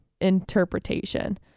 interpretation